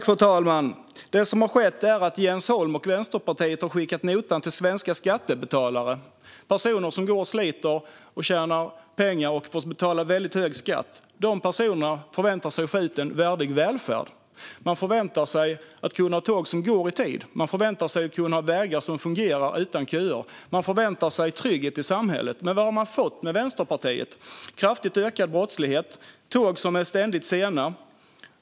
Fru talman! Det är Jens Holm och Vänsterpartiet som har skickat notan till svenska skattebetalare. Personer som sliter för att tjäna pengar får betala hög skatt och förväntar sig att få en värdig välfärd. De förväntar sig tåg som går i tid. De förväntar sig vägar som fungerar utan att det bildas köer. Och de förväntar sig trygghet i samhället. Vad har vi fått tack vare Vänsterpartiet? Vi har fått kraftigt ökad brottslighet och tåg som ständigt är sena.